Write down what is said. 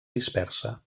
dispersa